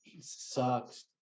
sucks